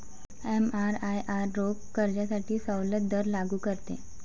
एमआरआयआर रोख कर्जासाठी सवलत दर लागू करते